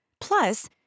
Plus